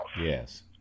Yes